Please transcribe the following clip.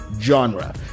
genre